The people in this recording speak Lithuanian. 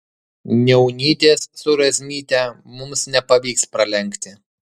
niaunytės su razmyte mums nepavyks pralenkti